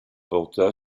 porta